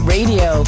Radio